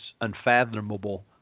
unfathomable